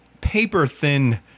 paper-thin